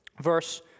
verse